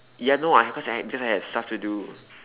ya no I had because I had because I had stuff to do